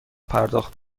پرداخت